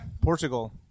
Portugal